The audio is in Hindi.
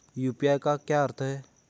यू.पी.आई का क्या अर्थ है?